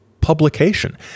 Publication